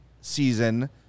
season